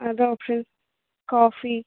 other option coffee